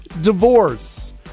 divorce